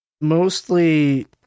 mostly